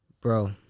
Bro